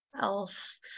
else